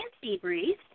Seabreeze